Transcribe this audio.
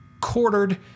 quartered